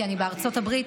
כי אני בארצות הברית,